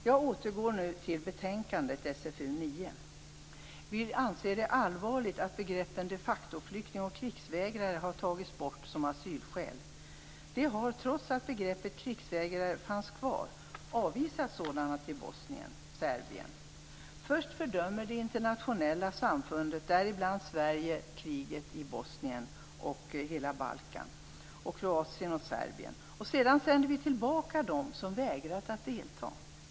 Jag återgår nu till betänkandet SfU9. Vi anser det allvarligt att begreppen de facto-flyktingar och krigsvägrare har tagits bort vad gäller asylskäl. Det har trots att begreppet krigsvägrare fanns kvar avvisats sådana till Bosnien och Serbien. Först fördömer det internationella samfundet, däribland Sverige, kriget i Bosnien och på hela Balkan, och sedan sänder vi tillbaka dem som vägrar att delta.